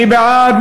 מי בעד?